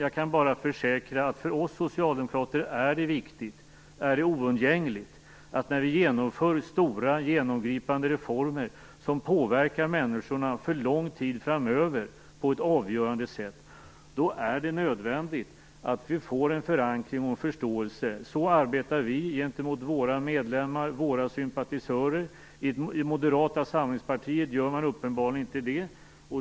Jag kan bara försäkra att för oss socialdemokrater är det viktigt, oundgängligt, att få en förankring och en förståelse när vi genomför stora genomgripande reformer som på ett avgörande sätt påverkar människorna för lång tid framöver. Så arbetar vi gentemot våra medlemmar och sympatisörer. I Moderata samlingspartiet gör man uppenbarligen inte det.